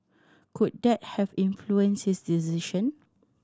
could that have influenced his decision